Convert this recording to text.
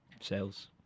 sales